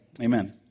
Amen